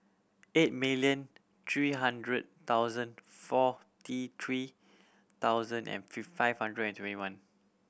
eight million three hundred thousand forty three thousand and five hundred and twenty one